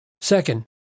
Second